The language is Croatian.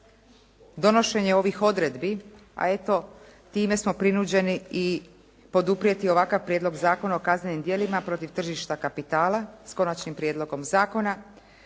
donošenje ovih odredbi, a eto time smo prinuđeni i poduprijeti ovakav Prijedlog Zakona o kaznenim djela protiv tržišta kapitala s Konačnim prijedlogom zakona.